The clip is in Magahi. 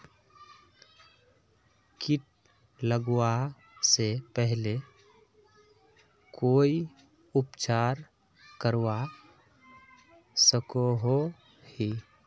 किट लगवा से पहले कोई उपचार करवा सकोहो ही?